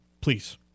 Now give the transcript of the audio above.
Please